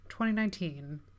2019